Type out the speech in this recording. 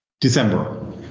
December